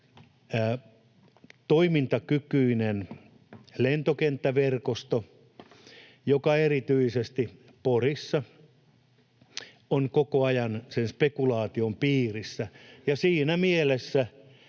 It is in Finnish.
toimintakykyinen lentokenttäverkosto, joka erityisesti Porissa on koko ajan spekulaation piirissä. Siinä mielessä